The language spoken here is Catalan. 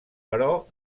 però